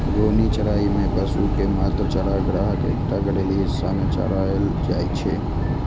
घूर्णी चराइ मे पशु कें मात्र चारागाहक एकटा घेरल हिस्सा मे चराएल जाइ छै